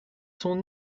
son